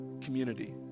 community